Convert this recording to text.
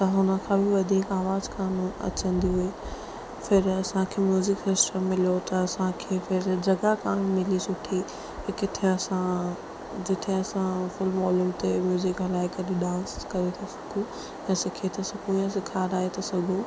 त हुन खां बि वधीक आवाजु कान अचंदी हुई फिर असांखे म्यूज़िक सिस्टम मिलियो त असांखे फिर जॻहि कान मिली सुठी हिकु किथे असां जिते असां फुल वोलुम ते म्यूज़िक हलाए करे डांस करे था सघूं ऐं सिखी था सघूं या सिखाराए था सघूं